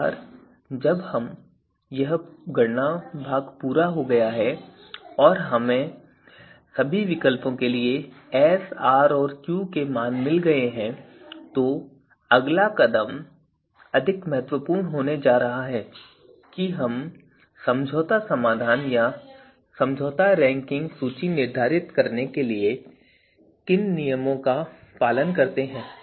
एक बार जब यह गणना भाग पूरा हो गया है और हमें सभी विकल्पों के लिए एस आर और क्यू के मान मिल गए हैं तो अगला कदम अधिक महत्वपूर्ण हो जाता है कि हम समझौता समाधान या समझौता रैंकिंग सूची निर्धारित करने के लिए किन नियमों का पालन करते हैं